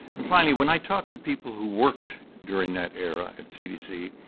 and finally when i talk to people who worked during that era at cdc,